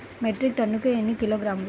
Metric టన్నుకు ఎన్ని కిలోగ్రాములు?